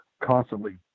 constantly